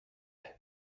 with